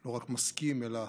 לא רק מסכים אלא